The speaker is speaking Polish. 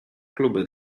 kluby